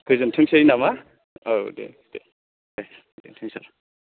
गोजोनथोंसै नामा औ दे दे दोनसै सार